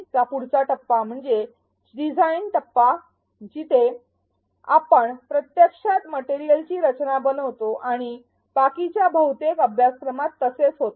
चा पुढचा टप्पा म्हणजे डिझाईन टप्पा जिथे आपण प्रत्यक्षात मटेरियलची रचना बनवतो आणि बाकीच्या बहुतेक अभ्यासक्रमात असेच होते